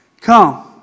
Come